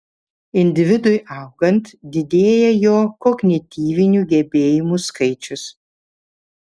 individui augant didėja jo kognityvinių gebėjimų skaičius